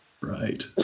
Right